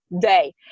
day